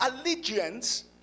allegiance